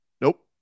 Nope